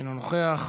אינו נוכח,